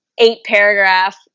eight-paragraph